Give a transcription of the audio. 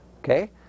okay